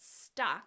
stuck